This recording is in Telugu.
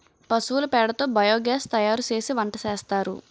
పశువుల పేడ తో బియోగాస్ తయారుసేసి వంటసేస్తారు